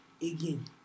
again